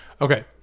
Okay